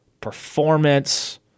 performance